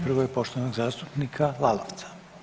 Prvo je poštovanog zastupnika Lalovca.